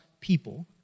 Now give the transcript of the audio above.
people